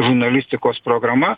žurnalistikos programa